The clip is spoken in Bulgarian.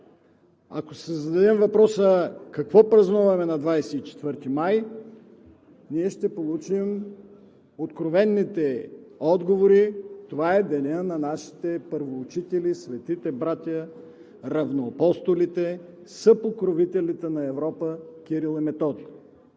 Ако си зададем въпроса какво празнуваме на 24 май, ще получим откровените отговори – това е денят на нашите първоучители, светите братя, равноапостолите, съпокровителите на Европа Кирил и Методий.